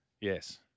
Yes